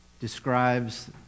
describes